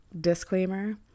disclaimer